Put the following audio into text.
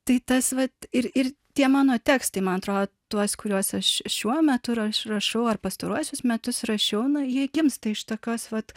tai tas vat ir ir tie mano tekstai man atrodo tuos kuriuos aš šiuo metu rašau ar pastaruosius metus rašiau jai gimsta iš tokios vat